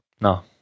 No